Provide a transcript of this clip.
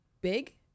big